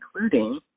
including